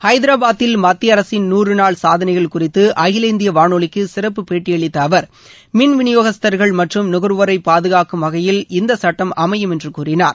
ஐதராபாத்தில் மத்திய அரசின் நூறு நாள் சாதனைகள் குறித்து அகில இந்திய வானொலிக்கு சிறப்பு பேட்டியளித்த அவர் மின் விநியோகஸ்தர்கள் மற்றும் நுகர்வோரை பாதுகாக்கும் வகையில் இந்த சுட்டம் அமையும் என்று கூறினார்